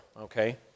okay